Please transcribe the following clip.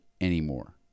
anymore